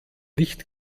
nicht